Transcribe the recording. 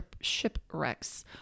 shipwrecks